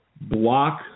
block